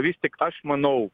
vis tik aš manau